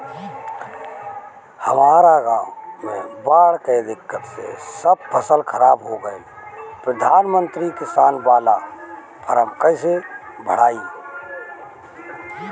हमरा गांव मे बॉढ़ के दिक्कत से सब फसल खराब हो गईल प्रधानमंत्री किसान बाला फर्म कैसे भड़ाई?